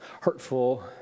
hurtful